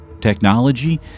technology